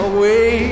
Away